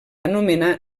anomenar